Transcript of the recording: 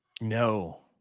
no